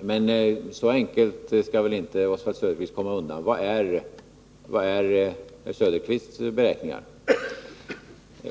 men så enkelt skall väl inte Oswald Söderqvist komma undan. Vilka är Oswald Söderqvists beräkningar?